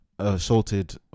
assaulted